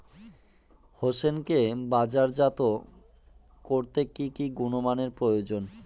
হোসেনকে বাজারজাত করতে কি কি গুণমানের প্রয়োজন?